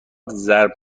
ضرب